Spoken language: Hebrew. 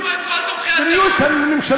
אנחנו יותר מדי טובים אתכם.